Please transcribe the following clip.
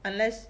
unless